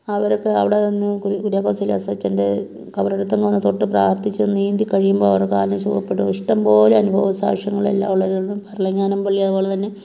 അവർക്ക് അവിടെ വന്ന് കുര്യാക്കോസ് ഏലിയാസ് അച്ചൻ്റെ ഖബറിടത്തിൽ വന്ന് തൊട്ട് പ്രാർഥിച്ച് നീന്തിക്കഴിയുമ്പോൾ അവരുടെ കാൽ സുഖപ്പെടും ഇഷ്ടമ്പോലെ അനുഭവസാക്ഷ്യങ്ങളും എല്ലാം ഉള്ളതുപോലെ ഭരണങ്ങാനം പള്ളി അതുപോലെ തന്നെ